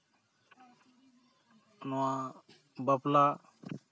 ᱱᱚᱣᱟ ᱵᱟᱯᱞᱟ